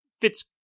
Fitz